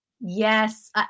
Yes